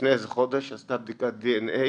לפני חודש היא עשתה בדיקת דנ"א